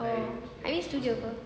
oh I mean studio [pe]